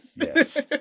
Yes